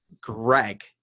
Greg